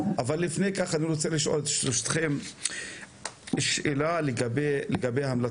אבל לפני זה אני רוצה לשאול את שלושתכם שאלה לגבי ההמלצות.